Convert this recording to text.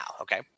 Okay